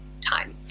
time